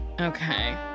Okay